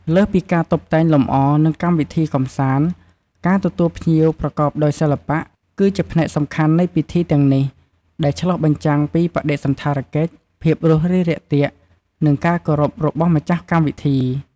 លើសពីការតុបតែងលម្អ និងកម្មវិធីកម្សាន្ត ការទទួលភ្ញៀវប្រកបដោយសិល្បៈ គឺជាផ្នែកសំខាន់នៃពិធីទាំងនេះ ដែលឆ្លុះបញ្ចាំងពីបដិសណ្ឋារកិច្ច ភាពរួសរាយរាក់ទាក់ និងការគោរពរបស់ម្ចាស់កម្មវិធី។